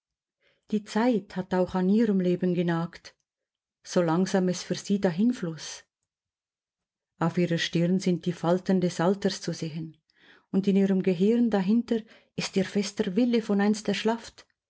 die zeit hat auch an ihrem leben genagt so langsam es für sie dahinfloß auf ihrer stirn sind die falten des alters zu sehen und in ihrem gehirn dahinter ist ihr fester wille von einst erschlafft